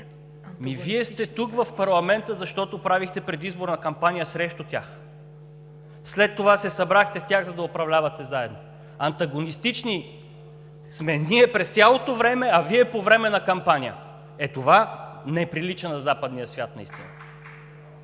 Вие сте тук, в парламента, защото правихте предизборна кампания срещу тях, след това се събрахте с тях, за да управлявате заедно. Антагонистични сме ние през цялото време, а Вие – по време на кампания. Е, това не прилича на западния свят наистина!